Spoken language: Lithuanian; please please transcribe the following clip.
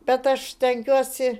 bet aš stengiuosi